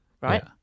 right